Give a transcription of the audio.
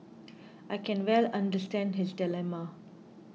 I can well understand his dilemma